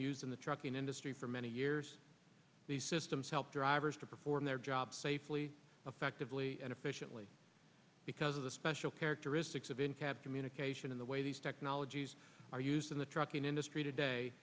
used in the trucking industry for many years these systems help drivers to perform their job safely effectively and efficiently because of the special characteristics of in cab communication in the way these technologies are used in the trucking industry today